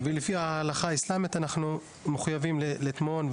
ולפי ההלכה האסלאמית אנחנו מחויבים לטמון,